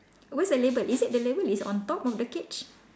where's the label is it the label is on top of the cage